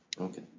Okay